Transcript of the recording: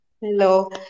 Hello